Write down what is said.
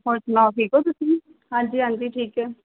ਹੋਰ ਸੁਣਾਓ ਠੀਕ ਹੋ ਤੁਸੀਂ ਹਾਂਜੀ ਹਾਂਜੀ ਠੀਕ ਹੈ